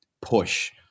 push